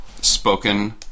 spoken